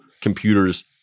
computers